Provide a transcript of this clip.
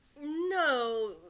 no